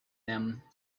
them